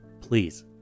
please